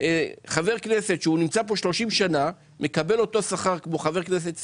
שזה לא הגיוני שחבר כנסת שנמצא פה 30 שנה מקבל כמו חבר כנסת חדש.